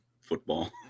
Football